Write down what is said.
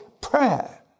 prayer